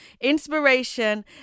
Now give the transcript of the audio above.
inspiration